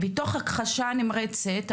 ותוך הכחשה נמרצת,